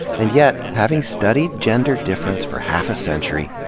and yet, having studied gender difference for half a century,